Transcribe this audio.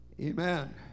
Amen